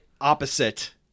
opposite